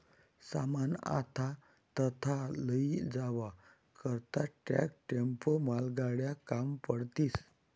सामान आथा तथा लयी जावा करता ट्रक, टेम्पो, मालगाड्या काम पडतीस